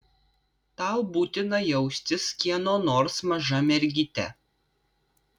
tau būtina jaustis kieno nors maža mergyte